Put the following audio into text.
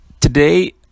today